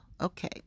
Okay